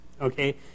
okay